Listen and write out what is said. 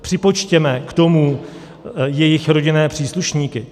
Připočtěme k tomu jejich rodinné příslušníky.